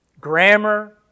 grammar